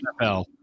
NFL